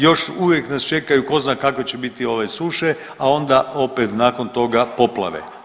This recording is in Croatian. Još uvijek nas čekaju, tko zna kakve će biti ove suše, a onda opet nakon toga poplave.